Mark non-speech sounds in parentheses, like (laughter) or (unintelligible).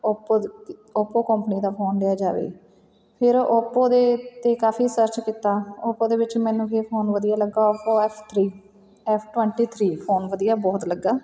Oppo (unintelligible) Oppo company ਦਾ phone ਲਿਆ ਜਾਵੇ ਫਿਰ ਓਪੋ ਦੇ 'ਤੇ ਕਾਫੀ ਸਰਚ ਕੀਤਾ ਓਪੋ ਦੇ ਵਿੱਚ ਮੈਨੂੰ ਵੀ ਫੋਨ ਵਧੀਆ ਲੱਗਾ F F three F twenty three phone ਵਧੀਆ ਬਹੁਤ ਲੱਗਾ